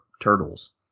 turtles